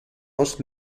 aus